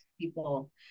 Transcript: people